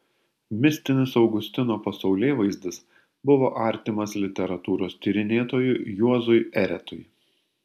mistinis augustino pasaulėvaizdis buvo artimas literatūros tyrinėtojui juozui eretui